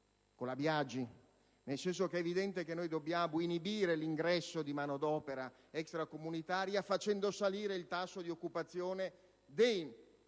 con la Biagi, nel senso che è evidente che dobbiamo inibire l'ingresso di manodopera extracomunitaria facendo salire il tasso di occupazione dei